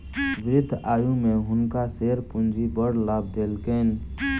वृद्ध आयु में हुनका शेयर पूंजी बड़ लाभ देलकैन